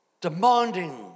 demanding